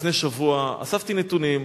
לפני שבוע, אספתי נתונים,